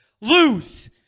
lose